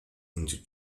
into